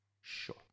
Sure